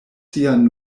sian